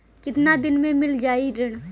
कितना दिन में मील जाई ऋण?